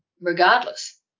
regardless